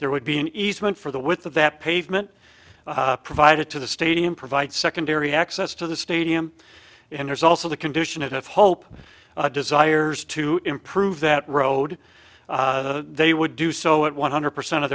there would be an easement for the width of that pavement provided to the stadium provide secondary access to the stadium and there's also the condition of hope desires to improve that road they would do so at one hundred percent of